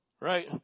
Right